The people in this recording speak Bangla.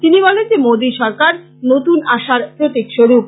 তিনি বলেন যে মোদী সরকার নতুন আশার প্রতীক স্বরূপ